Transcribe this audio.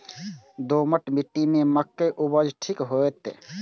दोमट मिट्टी में मक्के उपज ठीक होते?